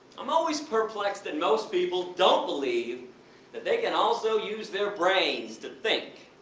i'm always perplexed that most people don't believe that they can also use their brains to think,